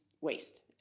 waste